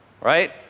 right